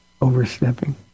overstepping